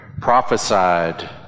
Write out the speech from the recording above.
prophesied